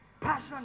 passion